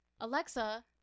Alexa